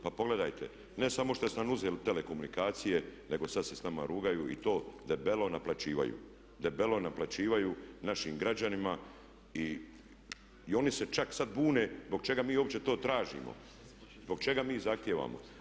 Pa pogledajte, ne samo što ste nam uzeli telekomunikacije nego sada se s nama rugaju i to debelo naplaćuju, debelo naplaćuju našim građanima i oni se čak sada bune zbog čega mi uopće to tražimo, zbog čega mi zahtijevamo.